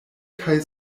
kaj